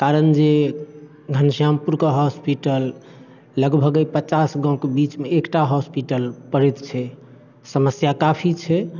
कारण जे घनश्यामपुरके हास्पीटल लगभग एहि पचास गावँ के बीचमे एकटा हॉस्पीटल पड़ैत छै समस्या काफी छै